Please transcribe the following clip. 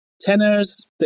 tenors